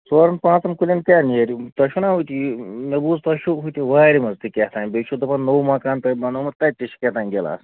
ژورن پانٛژن کُلٮ۪ن کیٛاہ نیرِ تۅہہِ چھُناہ ہُتہِ یہِ مےٚ بوٗز تُہۍ چھُو ہُتہِ وارِ منٛز تہِ کیٛاہتام بیٚیہِ چھُو دَپان نو مَکان تۅہہِ بَنومُت تَتہِ چھُ کیٛاہتام گِلاس